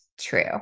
true